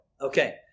Okay